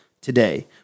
today